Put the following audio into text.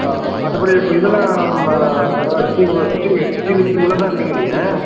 ஆ மற்றபடி இப்போ இதெல்லாம் சிட்டி சிட்டி சிட்டி லிமிட்டு உள்ள உள்ள தான் இருக்குங்கறீங்க